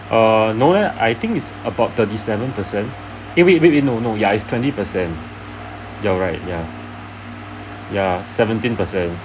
err no lah I think it's about thirty seven percent eh wait wait wait no no ya it's twenty percent you are right ya ya seventeen percent